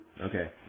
Okay